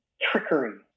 trickery